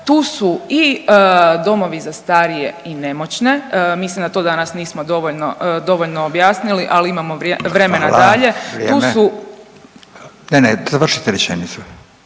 tu su i domovi za starije i nemoćne. Mislim da to danas nismo dovoljno objasnili, ali imamo vremena dalje. …/Upadica Radin: Hvala.